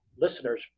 listeners